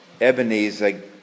Ebenezer